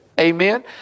Amen